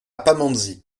pamandzi